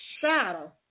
shadow